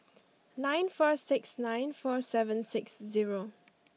nine four six nine four seven six zero